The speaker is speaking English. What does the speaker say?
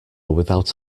without